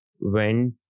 went